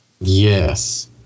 Yes